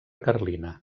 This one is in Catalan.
carlina